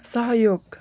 सहयोग